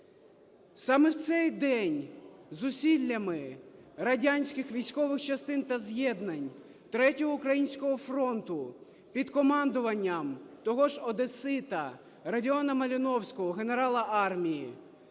Саме в цей день зусиллями радянських військових частин та з'єднань 3-го Українського фронту під командуванням того ж одесита – Родіона Малиновського, генерала армії,